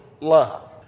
love